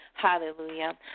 Hallelujah